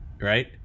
right